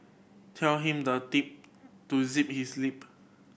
tell him the deep to zip his lip